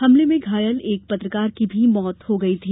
हमले में घायल एक पत्रकार की भी मौत हो गई थी